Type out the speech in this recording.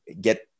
get